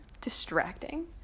distracting